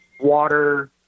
water